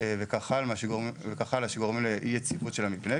וכן הלאה, שגורמים לאי-יציבות של המבנה.